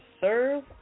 Serve